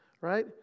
Right